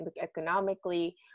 economically